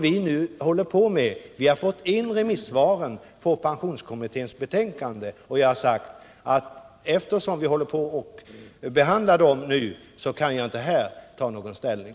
Vi har fått in remissvaren på pensionskommitténs betänkande, och jag har sagt att eftersom vi nu håller på att behandla dem kan jag inte här ta någon ställning.